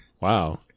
Wow